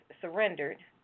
surrendered